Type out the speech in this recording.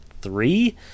three